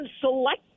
select